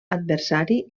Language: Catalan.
adversari